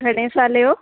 घणे साले जो